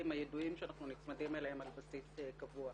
הידועים שאנחנו נצמדים אליהם על בסיס קבוע.